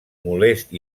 molest